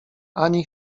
ani